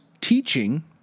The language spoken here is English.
teaching